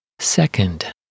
Second